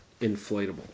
Inflatable